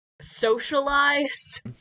socialize